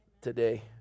today